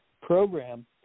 program